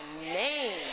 name